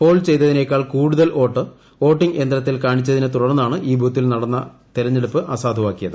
Paul ചെയ്തതിനേക്കാൾ കൂടുതൽ vote voting യന്ത്രത്തിൽ കാണിച്ചതിനെ തുടർന്നാണ് ഈ ബൂത്തിൽ നടന്ന പോളിംഗ് അസാധുവാക്കിയത്